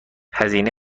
هزینه